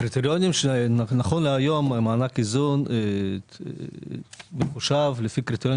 הקריטריונים נכון להיום מענק איזון מחושב לפי קריטריונים